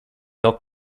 milk